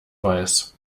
weiß